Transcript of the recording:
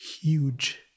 huge